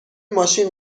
ماشین